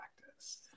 practice